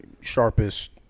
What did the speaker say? sharpest